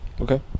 Okay